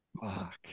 Fuck